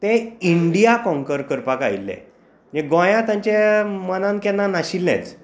ते इंडिया काँकर करपाक आयिल्ले गोंया तांच्या मनांत केन्ना नाशिल्लेंच